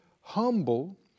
humble